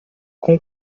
com